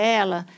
ela